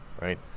right